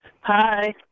Hi